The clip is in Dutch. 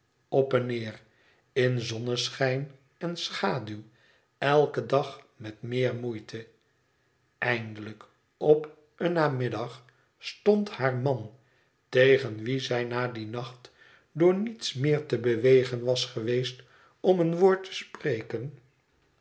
op en neer in zonneschijn en schaduw eiken dag met meer moeite eindelijk op een namiddag stond haar man tegen wien zij na dien nacht door niets meer te bewegen was geweest om een woord te spreken